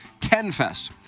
KenFest